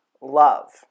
love